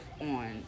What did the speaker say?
on